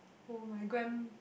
whom my grand